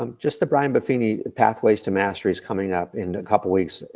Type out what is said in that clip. um just the brian buffini pathways to mastery is coming up in a couple weeks.